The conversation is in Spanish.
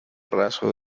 raso